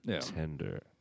tender